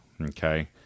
Okay